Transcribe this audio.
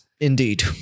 Indeed